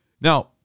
Now